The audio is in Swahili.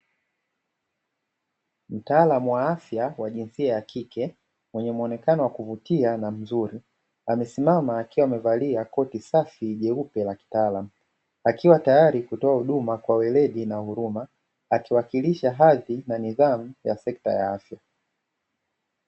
Mtaalamu wa afya wa jinsia ya kike mwenye muonekano wa kuvutia na mzuri, amesimama akiwa amevalia koti safi jeupe la kitaalamu akiwa tayari kutoa huduma kwa weledi na huruma, akiwakilisha hadhi na nidhamu ya sekta ya afya.